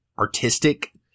artistic